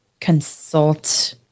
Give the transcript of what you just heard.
consult